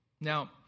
Now